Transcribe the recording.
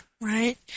Right